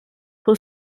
pour